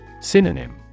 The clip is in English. SYNONYM